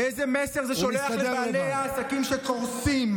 איזה מסר זה שולח לבעלי העסקים שקורסים?